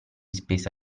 spesa